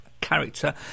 character